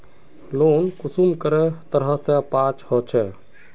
Loan कुंसम करे तरह से पास होचए?